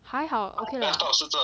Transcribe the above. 还好 okay lah